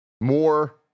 more